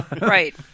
right